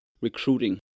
Recruiting